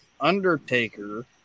Undertaker